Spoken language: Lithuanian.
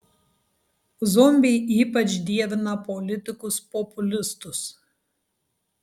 zombiai ypač dievina politikus populistus